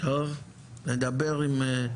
ויש להם פוטנציאל ייצור גדול,